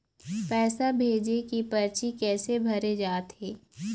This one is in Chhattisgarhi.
पैसा भेजे के परची कैसे भरे जाथे?